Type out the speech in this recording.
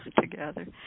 together